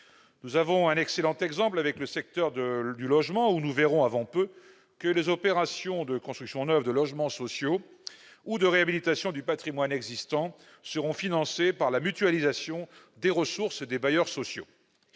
nous est offert par le secteur du logement, où nous verrons avant peu que les opérations de construction neuve de logements sociaux ou de réhabilitation du patrimoine existant seront financées par la mutualisation des ressources des bailleurs sociaux.